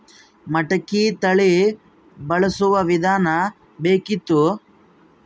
ಮಟಕಿ ತಳಿ ಬಳಸುವ ವಿಧಾನ ಬೇಕಿತ್ತು?